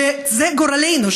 שזה גורלנו,